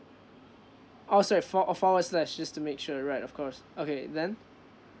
oh sorry for~ uh forward slash just to make sure right of course okay then